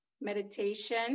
meditation